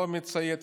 לא מציית,